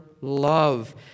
love